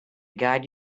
guide